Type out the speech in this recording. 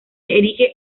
erige